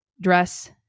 dress